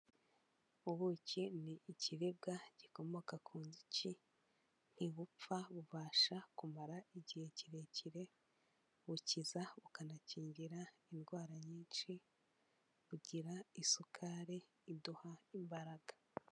Ubuki ni ikiribwa gikomoka ku nzuki, ntibupfa bubasha kumara igihe kirekire, bukiza bukanakingira indwara nyinshi, bugira isukari iduha imbaraga.